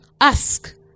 ask